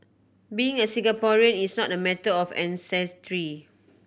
being a Singaporean is not a matter of ancestry